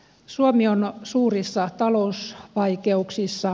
suomi on suurissa talousvaikeuksissa